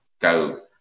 go